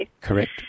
Correct